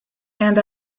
and